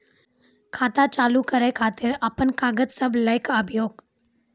खाता चालू करै खातिर आपन कागज सब लै कऽ आबयोक?